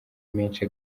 menshi